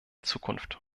zukunft